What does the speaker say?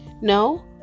No